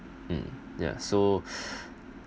mm ya so